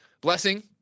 Blessing